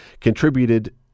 contributed